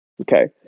Okay